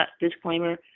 disclaimer